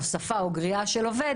הוספה או גריעה של עובד